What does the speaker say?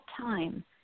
time